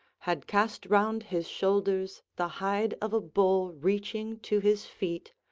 had cast round his shoulders the hide of a bull reaching to his feet,